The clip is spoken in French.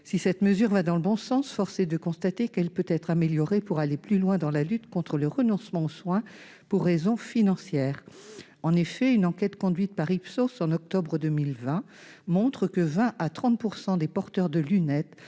Si cette mesure va dans le bon sens, force est de constater qu'elle peut être améliorée pour pousser encore plus loin la lutte contre le renoncement aux soins pour raisons financières. En effet, une enquête conduite par Ipsos en octobre 2020 montre que 20 % à 30 % des porteurs de lunettes